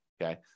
Okay